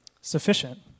sufficient